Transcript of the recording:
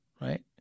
right